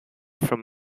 from